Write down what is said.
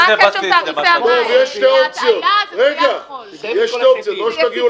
זה רק --- יש שתי אופציות: או שתגיעו